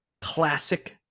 classic